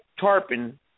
tarpon